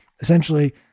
Essentially